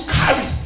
carry